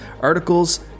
articles